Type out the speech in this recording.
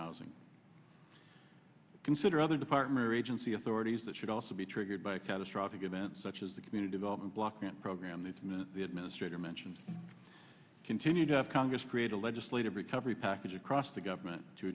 housing consider other department or agency authorities that should also be triggered by a catastrophic event such as the community development block grant program this minute the administrator mentioned continue to have congress create a legislative recovery package across the government to